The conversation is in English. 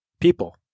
people